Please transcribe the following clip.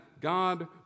God